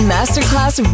Masterclass